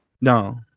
No